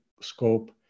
scope